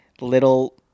little